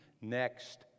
next